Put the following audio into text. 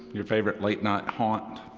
your favorite late night haunt,